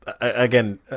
Again